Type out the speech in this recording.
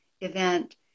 event